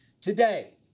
Today